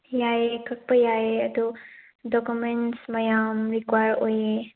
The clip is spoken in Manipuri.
ꯌꯥꯏꯌꯦ ꯀꯛꯄ ꯌꯥꯏꯌꯦ ꯑꯗꯣ ꯗꯣꯀꯨꯃꯦꯟꯁ ꯃꯌꯥꯝ ꯔꯤꯀ꯭ꯋꯥꯏꯔ ꯑꯣꯏꯌꯦ